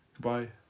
Goodbye